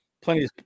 plenty